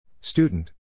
Student